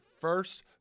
first